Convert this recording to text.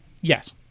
Yes